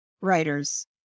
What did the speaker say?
writers